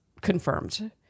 confirmed